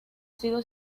sido